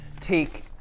take